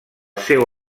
seu